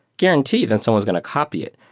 guarantee that someone's going to copy it.